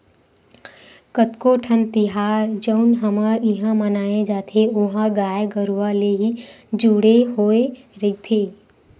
कतको ठन तिहार जउन हमर इहाँ मनाए जाथे ओहा गाय गरुवा ले ही जुड़े होय रहिथे